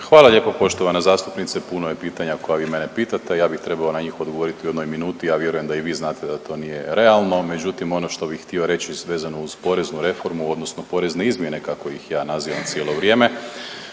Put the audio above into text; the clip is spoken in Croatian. Hvala lijepo poštovana zastupnice, puno je pitanja koja vi mene pitati. Ja bih trebao na njih odgovoriti u jednoj minuti, ja vjerujem da i vi znate da to nije realno, međutim, ono što bih htio reći vezano uz poreznu reformu odnosno porezne izmjene kako ih ja nazivam cijelo vrijeme,